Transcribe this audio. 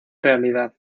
realidad